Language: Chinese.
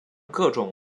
各种